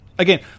Again